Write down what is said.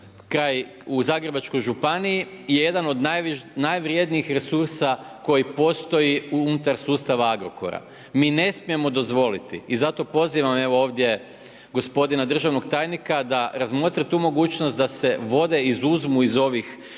izvor u Zagrebačkoj županiji je jedan od najvrednijih resursa koji postoji unutar sustava Agrokora. Mi ne smijemo dozvoliti i zato pozivam evo ovdje gospodina državnog tajnika da razmotri tu mogućnost da se vode izuzmu iz ovih